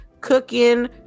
cooking